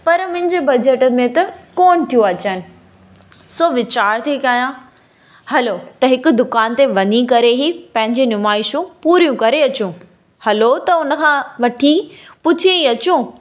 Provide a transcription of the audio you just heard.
पर मुंहिंजे बजेट में त कोन थियूं अचनि सो वीचार थी कयां हलो त हिकु दुकान ते वञी करे ई पंहिंजी नुमाइशूं पूरियूं करे अचूं हलो त हुनखां वठी पुछी अचूं